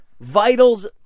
vitals